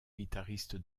guitariste